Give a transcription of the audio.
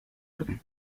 orden